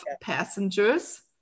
passengers